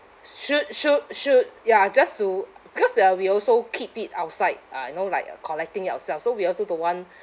should should should ya just to cause ya we also keep it outside uh you know like uh collecting it ourselves so we also don't want